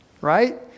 Right